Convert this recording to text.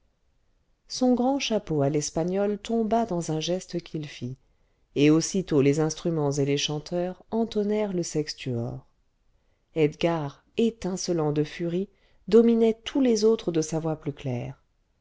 son grand chapeau à l'espagnole tomba dans un geste qu'il fit et aussitôt les instruments et les chanteurs entonnèrent le sextuor edgar étincelant de furie dominait tous les autres de sa voix plus claire